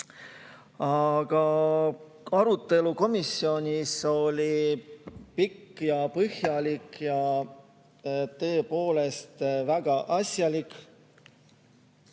Arutelu komisjonis oli pikk ja põhjalik ja tõepoolest väga asjalik.